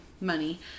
money